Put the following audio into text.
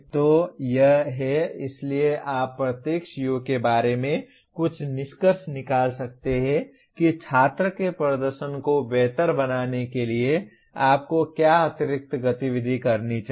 तो यह है इसलिए आप प्रत्येक CO के बारे में कुछ निष्कर्ष निकाल सकते हैं कि छात्र के प्रदर्शन को बेहतर बनाने के लिए आपको क्या अतिरिक्त गतिविधि करनी चाहिए